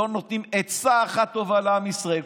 לא נותנים עצה אחת טובה לעם ישראל.